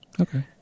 Okay